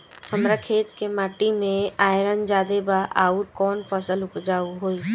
हमरा खेत के माटी मे आयरन जादे बा आउर कौन फसल उपजाऊ होइ?